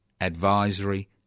advisory